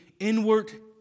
Inward